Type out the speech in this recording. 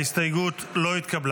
ההסתייגות לא התקבלה.